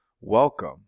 welcome